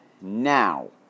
now